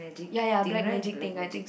ya ya black magic thing I think so